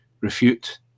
refute